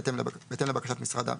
זה בהתאם לבקשת משרד המשפטים.